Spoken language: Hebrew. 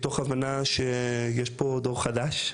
מתוך הבנה שיש פה דור חדש,